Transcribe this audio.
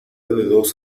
dos